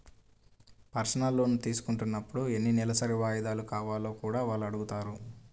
personal loan తీసుకున్నప్పుడు ఎన్ని నెలసరి వాయిదాలు కావాలో కూడా వాళ్ళు అడుగుతారు